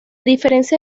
diferencia